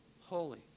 holy